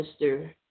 Mr